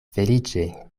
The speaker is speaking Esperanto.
feliĉe